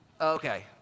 okay